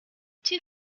two